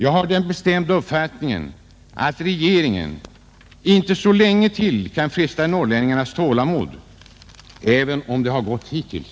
Jag har den bestämda uppfattningen att regeringen inte så länge till kan fresta norrlänningarnas tålamod, även om det har gått hittills.